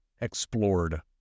explored